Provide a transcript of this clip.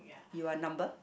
you are number